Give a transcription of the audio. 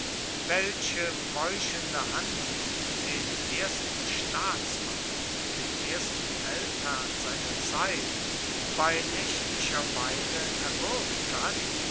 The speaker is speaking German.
welche meuchelnde hand den ersten staatsmann und den ersten feldherrn seiner zeit bei nächtlicher weile erwürgt hat